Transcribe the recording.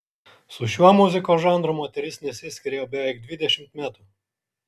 su šiuo muzikos žanru moteris nesiskiria jau beveik dvidešimt metų